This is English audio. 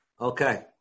Okay